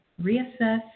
reassess